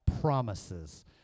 promises